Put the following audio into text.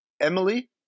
Emily